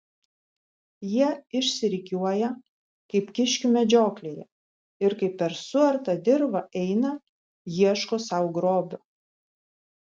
jie išsirikiuoja kaip kiškių medžioklėje ir kaip per suartą dirvą eina ieško sau grobio